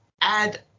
add